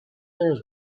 there